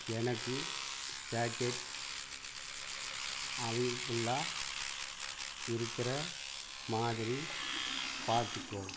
எனக்கு சாக்கெட் அவைபுள்ளாக இருக்கிற மாதிரி பார்த்துக்கோ